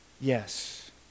Yes